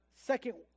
second